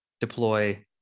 deploy